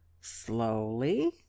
slowly